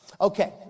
Okay